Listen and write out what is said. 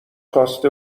خواسته